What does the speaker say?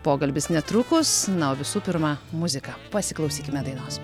pokalbis netrukus na o visų pirma muzika pasiklausykime dainos